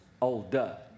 Older